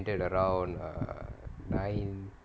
around err nine